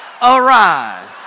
arise